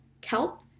kelp